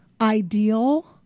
ideal